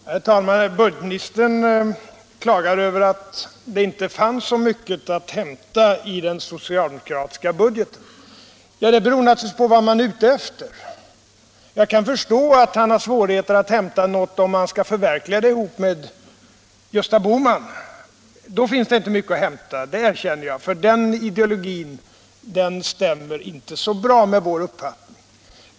Herr talman! Budgetministern klagar över att det inte fanns så mycket att hämta i den socialdemokratiska budgeten. Ja, det beror naturligtvis på vad man är ute efter. Jag kan förstå att han har svårigheter att hämta något om han skall förverkliga det ihop med Gösta Bohman. Då finns det inte mycket att hämta, det erkänner jag, för den ideologin stämmer inte så bra med vår uppfattning.